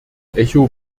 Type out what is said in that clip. echo